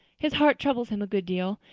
his heart troubles him a good deal.